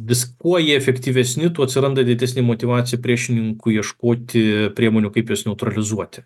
vis kuo jie efektyvesni tuo atsiranda didesnė motyvacija priešininkui ieškoti priemonių kaip jas neutralizuoti